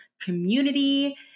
community